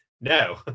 no